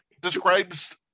describes